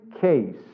case